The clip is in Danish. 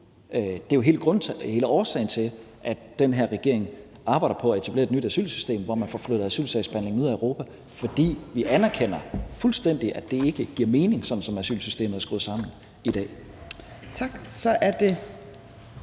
Det er jo hele årsagen til, at den her regering arbejder på at etablere et nyt asylsystem, hvor man får flyttet asylsagsbehandlingen ud af Europa. For vi anerkender fuldstændig, at det ikke giver mening, sådan som asylsystemet er skruet sammen i dag. Kl. 14:57 Tredje